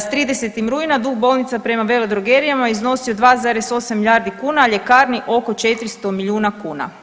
S 30. rujna dug bolnica prema veledrogerijama iznosio je 2,8 milijardi kuna, a ljekarni oko 400 milijuna kuna.